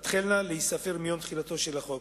תתחלנה להיספר מיום תחילתו של החוק.